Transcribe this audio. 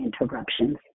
interruptions